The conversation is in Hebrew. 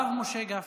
הרב משה גפני.